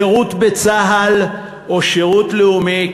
שירות בצה"ל או שירות לאומי,